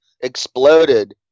exploded